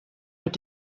mit